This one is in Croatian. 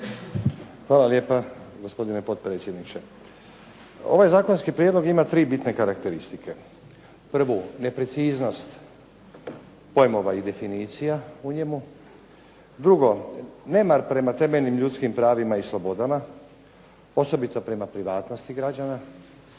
Hvala lijepa gospodine potpredsjedniče. Ovaj zakonski prijedlog ima tri bitne karakteristike. Prvu, nepreciznost pojmova i definicija u njemu. Drugo, nemar prema temeljnim ljudskim pravima i slobodama osobito prema privatnosti građana.